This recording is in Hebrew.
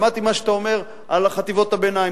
שמעתי מה שאתה אומר על חטיבות הביניים.